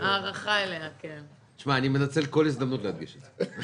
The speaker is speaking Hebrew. מנצל כל הזדמנות להדגיש את זה.